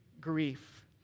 grief